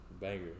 Banger